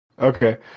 okay